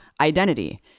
identity